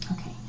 Okay